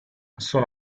sono